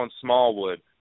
Smallwood